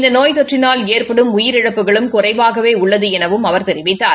இந்த நோய் தொற்றினால் எற்படும் உயிரிழப்புகளும் குறைவாகவே உள்ளது எனவும் அவர் தெரிவித்தார்